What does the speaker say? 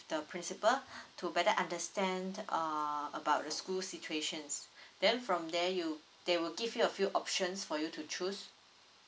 the principal to better understand uh about the school situations then from there you they will give you a few options for you to choose